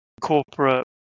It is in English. corporate